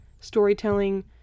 storytelling